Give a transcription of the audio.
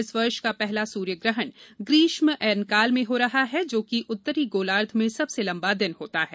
इस वर्ष का पहला सूर्यग्रहण ग्रीष्म अयनकाल में हो रहा है जोकि उत्तरी गोलार्ध में सबसे लंबा दिन होता है